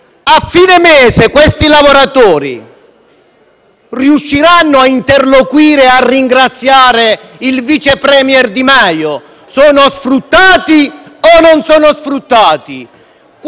A fine mese questi lavoratori riusciranno a interloquire e ringraziare il vice *premier* Di Maio? Sono sfruttati, o no? Qual